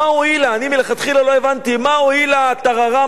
אני מלכתחילה לא הבנתי מה הועיל הטררם העצום הזה